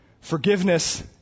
Forgiveness